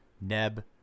Neb